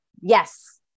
Yes